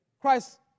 Christ